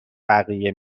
بقیه